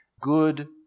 good